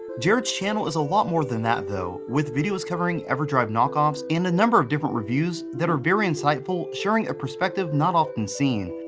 channel is a lot more than that though with videos covering everdrive knockoffs and a number of different reviews that are very insightful sharing a perspective not often seen.